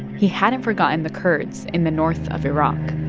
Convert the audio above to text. he hadn't forgotten the kurds in the north of iraq